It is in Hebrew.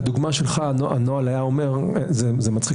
לדוגמה שלך הנוהל היה אומר שאתה צריך